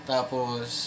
Tapos